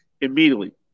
immediately